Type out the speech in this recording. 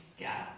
yeah,